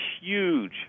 huge